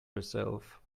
herself